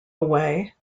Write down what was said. away